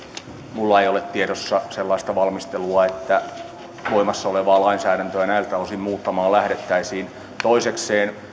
minulla ei ole tiedossa sellaista valmistelua että voimassa olevaa lainsäädäntöä näiltä osin muuttamaan lähdettäisiin toisekseen